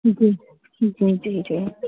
जी जी जी जी